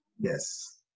Yes